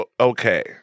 okay